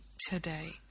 today